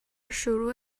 شروع